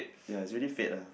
ya it's really fate lah